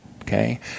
okay